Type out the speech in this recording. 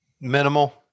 Minimal